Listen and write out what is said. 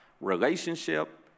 relationship